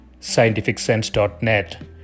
scientificsense.net